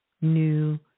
new